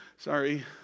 Sorry